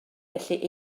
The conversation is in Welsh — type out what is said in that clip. felly